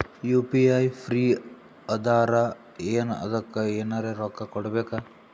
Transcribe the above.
UPI free ಅದಾರಾ ಏನ ಅದಕ್ಕ ಎನೆರ ರೊಕ್ಕ ಕೊಡಬೇಕ?